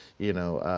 you know,